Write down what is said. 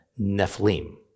Nephilim